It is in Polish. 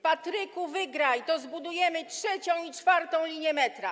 Patryku, wygraj, to zbudujemy trzecią i czwartą linię metra.